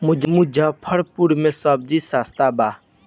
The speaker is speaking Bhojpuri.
मुजफ्फरपुर में सबजी सस्ता बा